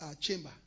chamber